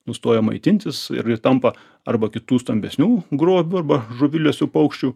nustoja maitintis ir ji tampa arba kitų stambesnių grobiu arba žuvilesių paukščių